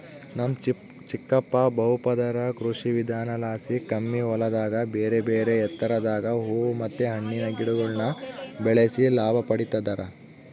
ನಮ್ ಚಿಕ್ಕಪ್ಪ ಬಹುಪದರ ಕೃಷಿವಿಧಾನಲಾಸಿ ಕಮ್ಮಿ ಹೊಲದಾಗ ಬೇರೆಬೇರೆ ಎತ್ತರದಾಗ ಹೂವು ಮತ್ತೆ ಹಣ್ಣಿನ ಗಿಡಗುಳ್ನ ಬೆಳೆಸಿ ಲಾಭ ಪಡಿತದರ